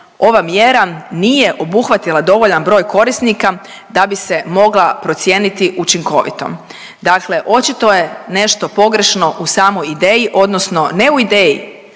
ova mjera nije obuhvatila dovoljan broj korisnika da bi se mogla procijeniti učinkovitom, dakle očito je nešto pogrešno u samoj ideji odnosno ne u ideji